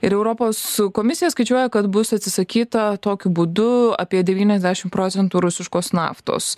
ir europos komisija skaičiuoja kad bus atsisakyta tokiu būdu apie devyniasdešimt procentų rusiškos naftos